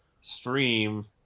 stream